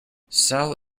sal